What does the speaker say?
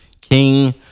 King